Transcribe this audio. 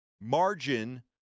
margin